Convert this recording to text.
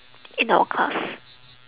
in our class